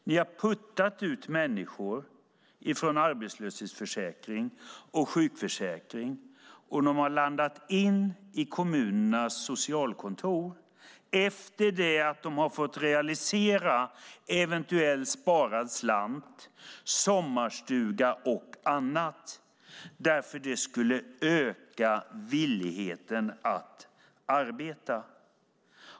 Ni har puttat ut människor från arbetslöshetsförsäkring och sjukförsäkring, och de har landat i kommunernas socialkontor, efter det att de har fått realisera eventuellt sparad slant, sommarstuga och annat, eftersom det skulle öka villigheten att arbeta.